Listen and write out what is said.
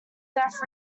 death